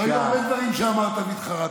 כבר היו הרבה דברים שאמרת והתחרטת.